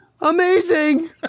Amazing